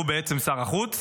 והוא בעצם שר החוץ,